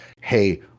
hey